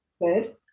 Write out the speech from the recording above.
Good